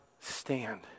stand